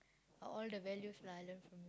all the values lah I learn from